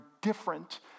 different